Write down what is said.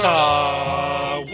Star